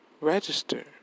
register